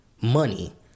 money